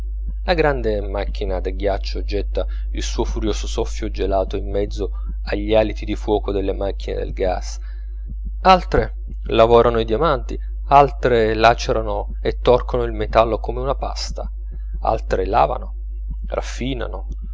la grande macchina da ghiaccio getta il suo furioso soffio gelato in mezzo agli aliti di fuoco delle macchine da gaz altre lavorano i diamanti altre lacerano e torcono il metallo come una pasta altre lavano